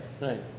right